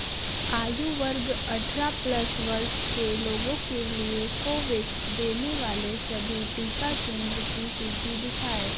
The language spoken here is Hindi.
आयु वर्ग अठारह प्लस वर्ष के लोगों के लिए कोवोवैक्स देने वाले सभी टीका केंद्र की सूची दिखाएँ